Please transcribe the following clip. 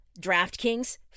DraftKings